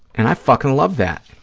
and i fucking love that.